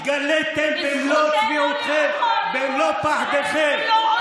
התגליתם במלוא צביעותכם, במלוא פחדכם.